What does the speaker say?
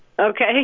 Okay